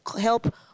Help